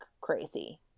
crazy